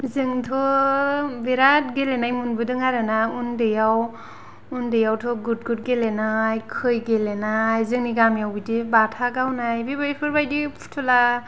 जोंथ' बेराद गेलेनाय मोनबोदों आरोना उन्दैआव उन्दैयावथ' गुड गुड गेलेनाय खै गेलेनाय जोंनि गामिआव बिदि बाथा गावनाय बेफोरबायदि फुथुला